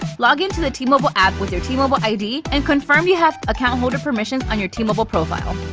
log into the t-mobile app with your t-mobile id and confirm you have account holder permissions on your t-mobile profile.